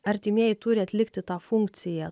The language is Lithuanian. artimieji turi atlikti tą funkciją